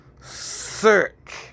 search